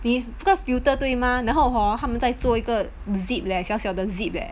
this because filter 对吗然后 hor 他们在做一个 zip leh 小小的 zip eh